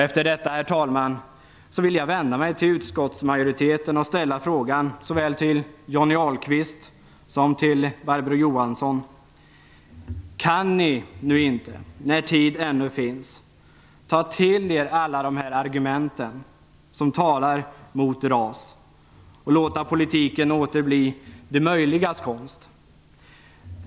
Efter detta, herr talman, vill jag vända mig till utskottsmajoriteten och såväl till Johnny Ahlqvist som till Barbro Johansson ställa frågan: Kan ni nu inte, när tid ännu finns, ta till er alla de argument som talar mot RAS och låta politiken åter bli "det möjligas konst"?